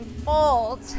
Fold